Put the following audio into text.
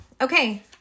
Okay